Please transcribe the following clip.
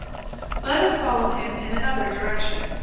let us follow him in another direction.